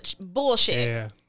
bullshit